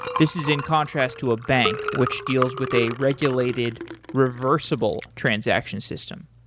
this is in contrast to a bank which deals with a regulated reversible transaction system.